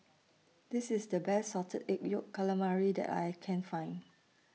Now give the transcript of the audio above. This IS The Best Salted Egg Yolk Calamari that I Can Find